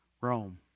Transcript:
Rome